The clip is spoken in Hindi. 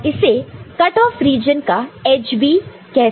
और इसे कट ऑफ रीजन का एज भी कह सकते हैं